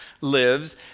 lives